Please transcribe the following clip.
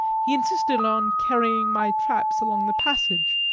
he insisted on carrying my traps along the passage,